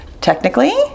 Technically